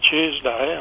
Tuesday